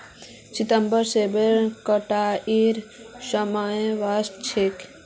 सितंबरत सेबेर कटाईर समय वसा छेक